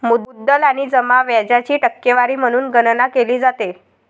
मुद्दल आणि जमा व्याजाची टक्केवारी म्हणून गणना केली जाते